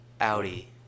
Audi